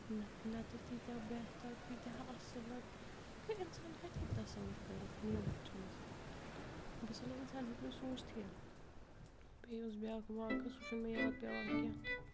نہ نہ تہٕ تیٖتیٛاہ بہتر تیٖتیٛاہ اَصٕل کہِ اِنسان کَتہِ ہیٚکہِ تصور کٔرِتھ یِم چیٖزَن بہٕ چھُس وَنان اِنسان ہیٚکہِ نہٕ سوٗنٛچتھٕے بیٚیہِ اوس بیٛاکھ واقعہٕ سُہ چھُنہٕ مےٚ یاد پٮ۪وان کیٚنٛہہ تہٕ